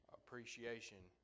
appreciation